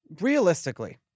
Realistically